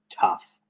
tough